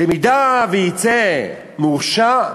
במידה שיצא מורשע,